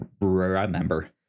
remember